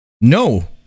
no